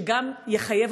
שגם יחייב,